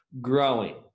growing